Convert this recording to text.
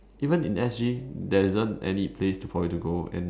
even in S_G there isn't any place for you to go and